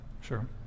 sure